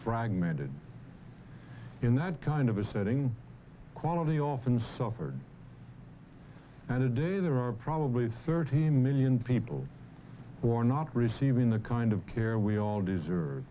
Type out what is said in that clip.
fragmented in that kind of a setting quality often suffered and today there are probably thirty million people or not receiving the kind of care we all deserve